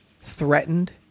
threatened